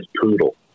poodle